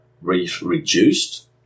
reduced